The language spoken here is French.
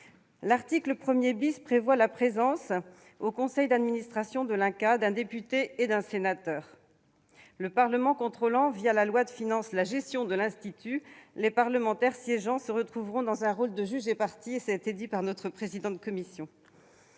L'article 1 prévoit la présence au sein du conseil d'administration de l'INCa d'un député et d'un sénateur. Le Parlement contrôlant, la loi de finances, la gestion de l'Institut, les parlementaires siégeant se retrouveront juge et partie, comme l'a dit le président de la commission